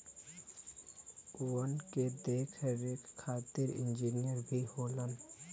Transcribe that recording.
वन के देख रेख खातिर इंजिनियर भी होलन